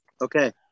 Okay